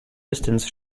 distance